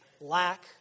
Lack